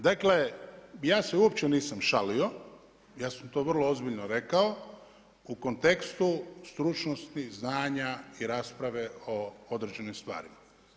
Dakle, ja se uopće nisam šalio, ja sam to vrlo ozbiljno rekao, u kontekstu stručnosti, znanja i rasprave o određenim stvarima.